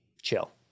chill